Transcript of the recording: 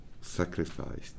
sacrificed